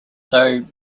though